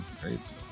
great